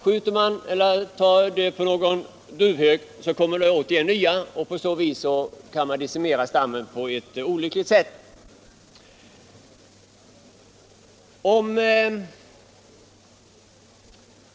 Dödar man en duvhök kommer det en ny igen, och på så sätt kan stammen decimeras på ett olyckligt sätt.